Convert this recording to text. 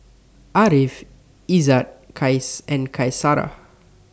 Ariff Izzat Qais and Qaisara